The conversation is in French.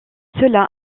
cela